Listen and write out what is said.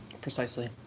Precisely